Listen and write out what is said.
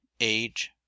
age